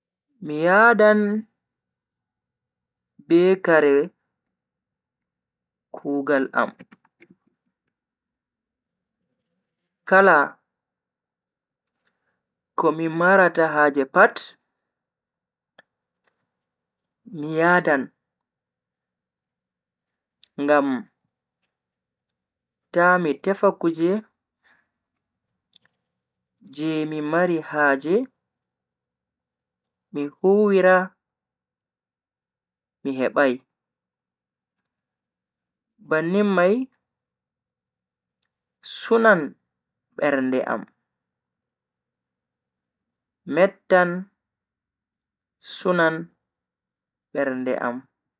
Mi yadan be kare kugaal am. kala ko mi marata haje pat mi yadan ngam ta MI tefa kuje je mimari haje mi huwira mi hebai. bannin mai sunan bernde am mettan sunan bernde am.